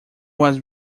was